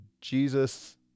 jesus